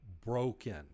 broken